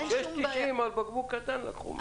6.90 על בקבוק קטן לקחו ממני.